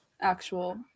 actual